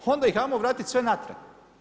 Onda ih ajmo vratiti sve natrag.